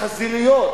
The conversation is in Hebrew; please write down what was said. החזיריות,